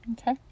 Okay